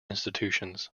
institutions